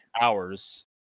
hours